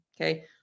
Okay